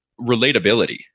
relatability